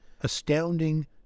astounding